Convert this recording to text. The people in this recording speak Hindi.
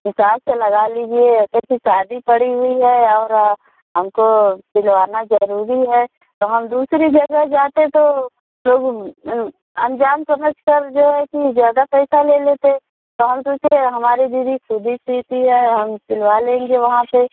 हिसाब से लगा लीजिए ऐसे कि शादी पड़ी हुई है और हमको सिलवाना ज़रूरी है तो हम दूसरी जगह जाते तो लोग अनजान समझ कर जो है कि ज़्यादा पैसा ले लेते हैं तो हम सोचे हमारी दीदी ख़ुद ही सीती है तो हम सिलवा लेंगे वहाँ से